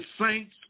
saints